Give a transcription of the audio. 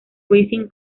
racing